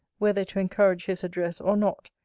whether to encourage his address, or not,